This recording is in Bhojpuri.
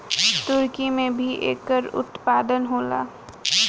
तुर्की में भी एकर उत्पादन होला